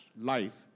life